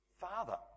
Father